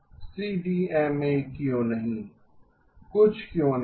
CDMA क्यों नहीं कुछ क्यों नहीं